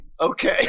Okay